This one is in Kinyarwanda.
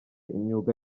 imyuga